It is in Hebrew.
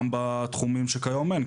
גם בתחומים שכיום אין.